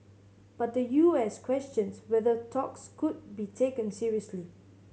but the U S questions whether talks could be taken seriously